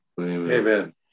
Amen